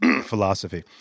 philosophy